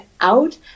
out